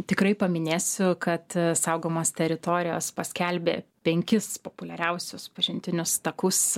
tikrai paminėsiu kad saugomos teritorijos paskelbė penkis populiariausius pažintinius takus